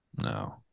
No